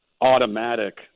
automatic